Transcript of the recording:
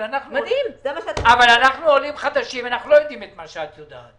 אבל אנחנו עולים חדשים ואנחנו לא יודעים את מה שאת יודעת.